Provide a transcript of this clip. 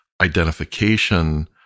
identification